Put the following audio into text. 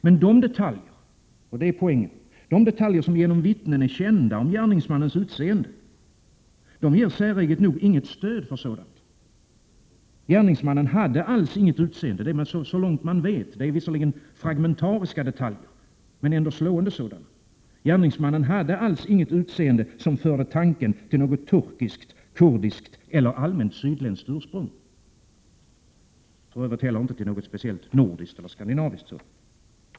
Men de detaljer — och det är poängen — som genom vittnen är kända om gärningsmannens utseende ger inget stöd åt sådant. Vi har visserligen bara fragmentariska detaljer, men så långt vi vet hade gärningsmannen alls inget utseende som för tanken till turkiskt, kurdiskt eller allmänt sydländskt ursprung, och inte heller något speciellt nordiskt eller skandinaviskt.